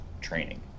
training